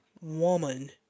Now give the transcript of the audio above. woman